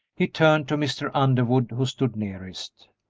he turned to mr. underwood, who stood nearest.